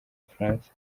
bufaransa